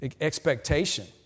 expectation